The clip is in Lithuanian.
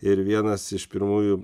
ir vienas iš pirmųjų